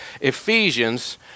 Ephesians